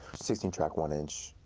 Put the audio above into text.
sixteen track one inch,